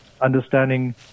understanding